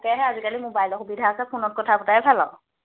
তাকেহে আজিকালি মোবাইলত সুবিধা আছে ফোনত কথা পতাই ভাল আৰু